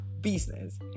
business